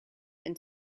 and